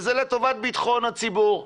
וזה לטובת בטחון הציבור.